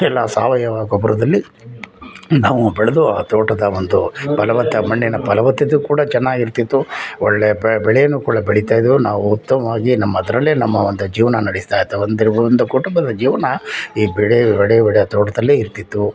ಎಲ್ಲ ಸಾವಯವ ಗೊಬ್ಬರದಲ್ಲಿ ನಾವು ಬೆಳೆದು ಆ ತೋಟದ ಒಂದು ಫಲವತ್ತತೆ ಆ ಮಣ್ಣಿನ ಫಲವತ್ತತೆ ಕೂಡ ಚೆನ್ನಾಗಿರ್ತಿತ್ತು ಒಳ್ಳೆಯ ಬೆಳೆಯೂ ಕೂಡ ಬೆಳೀತ ಇದ್ವು ನಾವು ಉತ್ತಮವಾಗಿ ನಮ್ಮ ಅದರಲ್ಲೇ ನಮ್ಮ ಒಂದು ಜೀವನ ನಡೆಸ್ತಾ ಇತ್ತು ಒಂದು ಒಂದು ಕುಟುಂಬದ ಜೀವನ ಈ ಬೆಳೆ ತೋಟದಲ್ಲಿ ಇರ್ತಿತ್ತು